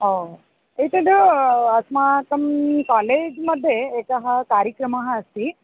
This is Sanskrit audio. ओ एतद् अस्माकं कालेज् मध्ये एकः कार्यक्रमः अस्ति